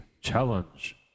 challenge